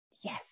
yes